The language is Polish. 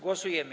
Głosujemy.